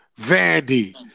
Vandy